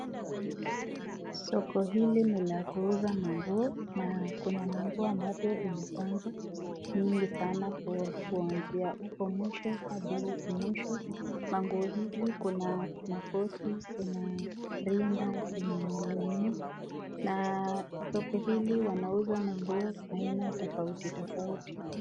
Soko hili ni la kuuza manguo na kuna manguo ambazo zimepangwa mingi sana kuanzia huko mwisho hadi huku mwisho. Manguo hizi kuna makoti, kuna rinda, kuna malongi na soko hili wanauza manguo aina tofauti tofauti.